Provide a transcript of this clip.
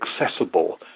accessible